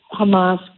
Hamas